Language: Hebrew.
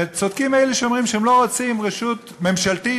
וצודקים אלה שאומרים שהם לא רוצים רשות ממשלתית,